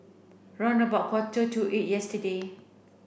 round about quarter to eight yesterday